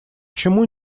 чему